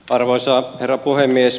arvoisa herra puhemies